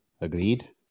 Agreed